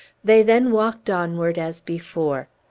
they then walked onward, as before.